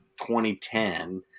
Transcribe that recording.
2010